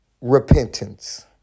repentance